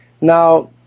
Now